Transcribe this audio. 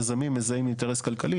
יזמים מזהים אינטרס כלכלי,